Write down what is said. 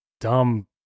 dumb